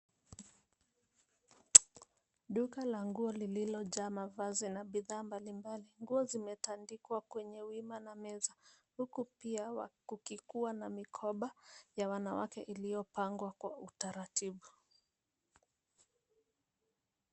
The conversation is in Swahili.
Duka la nguo lililojaa mavazi na bidhaa mbali mbali. Nguo zimetandikwa kwenye wima na meza, huku pia kukikua na mikoba ya wanawake iliyopangwa kwa utaratibu.